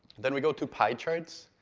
then we go to pie charts.